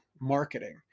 marketing